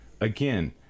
again